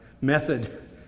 method